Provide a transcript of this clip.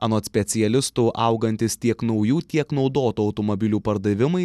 anot specialistų augantys tiek naujų tiek naudotų automobilių pardavimai